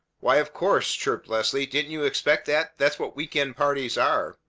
why, of course! chirped leslie. didn't you expect that? that's what week-end parties are!